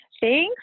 Thanks